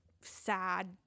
sad